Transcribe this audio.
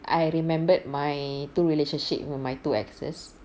I remembered my two relationship will my two exes